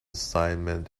assignment